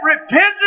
repentance